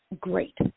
great